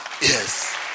Yes